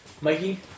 Mikey